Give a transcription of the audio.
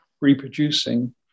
reproducing